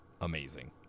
amazing